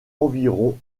environ